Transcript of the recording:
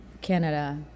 Canada